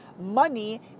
Money